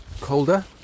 colder